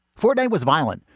forte was violent,